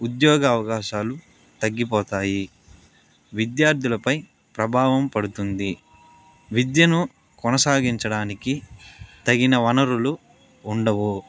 ఉద్యోగ అవకాశాలు తగ్గిపోతాయి విద్యార్థులపై ప్రభావం పడుతుంది విద్యను కొనసాగించడానికి తగిన వనరులు ఉండవు